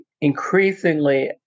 increasingly